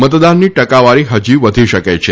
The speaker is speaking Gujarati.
મતદાનની ટકાવારી હજી વધી શકે છે